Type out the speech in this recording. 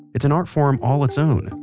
it's an art form all it's own.